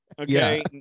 Okay